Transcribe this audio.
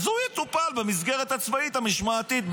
אז הוא יטופל במסגרת הצבאית המשמעתית.